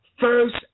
first